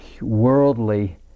worldly